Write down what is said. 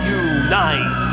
unite